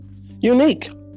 unique